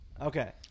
Okay